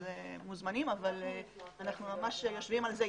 הם מוזמנים אבל אנחנו יושבים אתם על זה.